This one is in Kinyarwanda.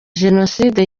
jenoside